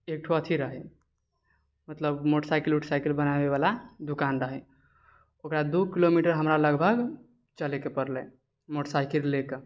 एक ठो अथी रहै मतलब मोटरसाइकिल वोटरसाइकिल बनाबैवला दोकान रहै ओकरा दू किलोमीटर हमरा लगभग चलैके पड़लै मोटरसाइकिल लऽ कऽ